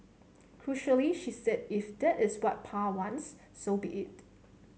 crucially she said if that is what Pa wants so be it